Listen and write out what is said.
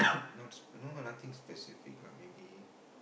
not s~ no nothing specific lah maybe